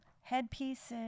headpieces